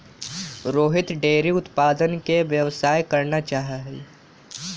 Rohit dairy उत्पादन के व्यवसाय करना चाहा हई